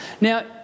Now